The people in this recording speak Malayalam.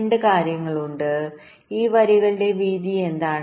2 കാര്യങ്ങളുണ്ട് ഈ വരികളുടെ വീതി എന്താണ്